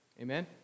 Amen